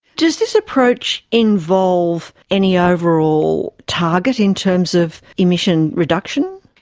does this approach involve any overall target in terms of emission reduction?